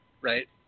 right